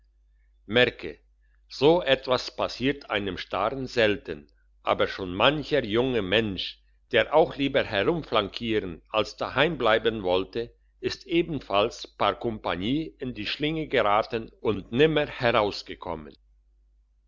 merke so etwas passiert einem staren selten aber schon mancher junge mensch der auch lieber herumflankieren als daheim bleiben wollte ist ebenfalls par compagnie in die schlinge geraten und nimmer herauskommen